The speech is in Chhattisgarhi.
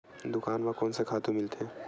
दुकान म कोन से खातु मिलथे?